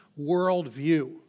worldview